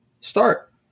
start